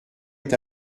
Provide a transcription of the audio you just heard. est